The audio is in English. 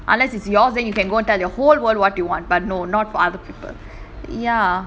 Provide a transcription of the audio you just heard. unless is yours then you can go and tell your whole world what do you want but no not for other people ya